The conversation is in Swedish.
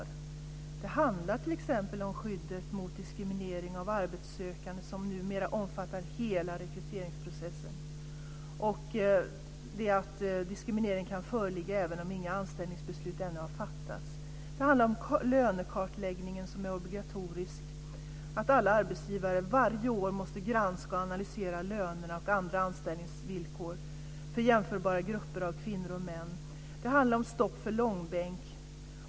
Det handlar t.ex. om skyddet mot diskriminering av arbetssökande som numera omfattar hela rekryteringsprocessen. Diskriminering kan föreligga även om inget anställningsbeslut har fattats. Det handlar om lönekartläggning som är obligatorisk. Varje arbetsgivare måste varje år granska och analysera löner och andra anställningsvillkor för jämförbara grupper av kvinnor och män. Det handlar om stopp för långbänk.